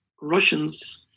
Russians